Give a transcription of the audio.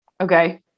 okay